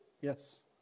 yes